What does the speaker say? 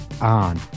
on